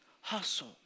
hustle